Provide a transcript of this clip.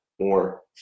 more